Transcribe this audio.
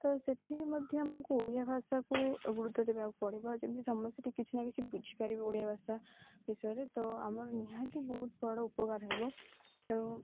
ତ ସେଥିରେ ମଧ୍ୟ ଆମକୁ ଓଡ଼ିଆ ଭାଷାକୁ ଗୁରୁତ୍ୱ ଦେବାକୁ ପଡ଼ିବ ଯେମିତି ସମସ୍ତ ସେଠି କିଛି ନା କିଛି ବୁଝିପାରିବେ ଓଡ଼ିଆ ଭାଷା ବିଷୟରେ ତ ଆମର ନିହାତି ବହୁତ ବଡ଼ ଉପକାର ହେବ ତେଣୁ